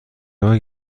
راه